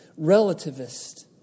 relativist